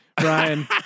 Brian